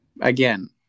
Again